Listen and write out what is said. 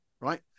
right